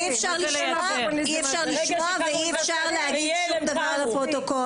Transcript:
אי אפשר לשמוע ואי אפשר להגיד שום דבר לפרוטוקול.